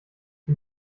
die